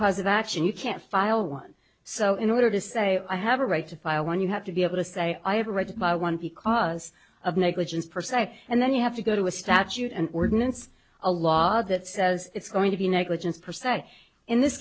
cause of action you can't file one so in order to say i have a right to file one you have to be able to say i have a right to buy one because of negligence per se and then you have to go to a statute and ordinance a law that says it's going to be negligence per se in this